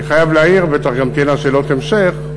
אני חייב להעיר, בטח גם תהיינה שאלות המשך,